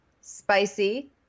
Spicy